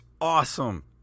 awesome